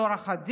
היא עורכת דין.